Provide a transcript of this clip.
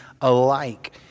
alike